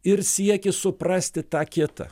ir siekis suprasti tą kitą